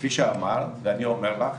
וכפי שאמרת, ואני אומר לך,